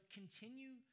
continue